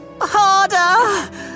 harder